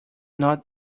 not